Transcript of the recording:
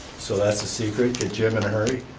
so that's a secret? get jim in a hurry?